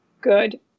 good